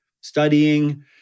studying